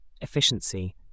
efficiency